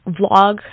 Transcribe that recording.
vlog